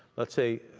let's say,